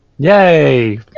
Yay